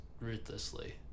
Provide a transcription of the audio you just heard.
ruthlessly